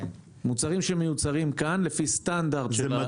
מוצרים שמיוצרים כאן לפי סטנדרט של ה-FDA.